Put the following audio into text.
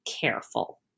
careful